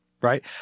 Right